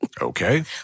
Okay